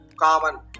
common